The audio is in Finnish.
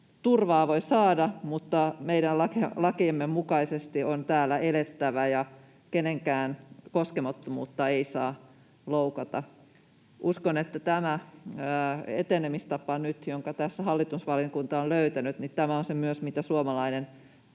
turvaa voi saada mutta meidän lakiemme mukaisesti on täällä elettävä ja kenenkään koskemattomuutta ei saa loukata. Uskon, että nyt tämä etenemistapa, jonka tässä hallintovaliokunta on löytänyt, on se, mitä myös suomalaisten